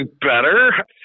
better